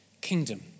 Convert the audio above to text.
kingdom